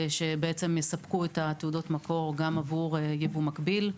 שיספקו את תעודות המקור גם עבור ייבוא מקביל.